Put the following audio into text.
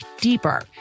deeper